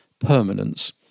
permanence